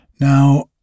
Now